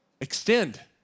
Extend